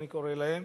אני קורא להם.